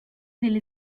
delle